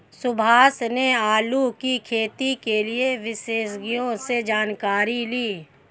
सुभाष ने आलू की खेती के लिए विशेषज्ञों से जानकारी ली